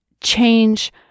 Change